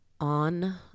on